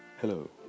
Hello